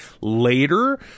Later